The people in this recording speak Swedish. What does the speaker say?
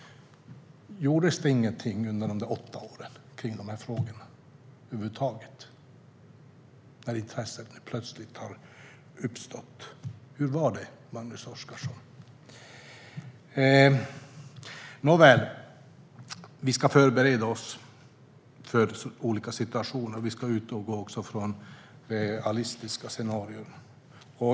Gjordes det inte något över huvud taget i dessa frågor under de där åtta åren? Nu har intresset plötsligt uppstått. Hur var det, Magnus Oscarsson? Vi ska förbereda oss för olika situationer. Vi ska utgå från realistiska scenarier.